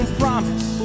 promise